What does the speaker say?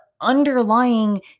underlying